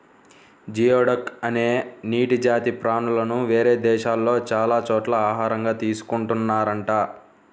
geoduck అనే నీటి జాతి ప్రాణులను వేరే దేశాల్లో చాలా చోట్ల ఆహారంగా తీసుకున్తున్నారంట